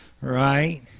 right